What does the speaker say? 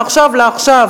מעכשיו לעכשיו.